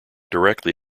directly